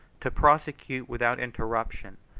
to prosecute, without interruption,